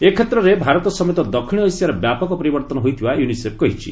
ଏ କ୍ଷେତ୍ରେ ଭାରତ ସମେତ ଦକ୍ଷିଣ ଏସିଆରେ ବ୍ୟାପକ ପରିବର୍ତ୍ତନ ହୋଇଥିବା ୟୁନିସେଫ୍ କହିଛି